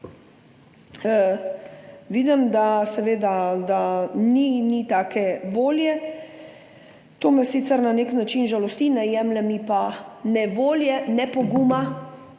Vidim, da ni in ni take volje. To me sicer na nek način žalosti, ne jemlje mi pa ne volje ne poguma,